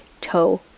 toe